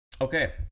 Okay